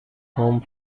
home